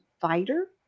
fighter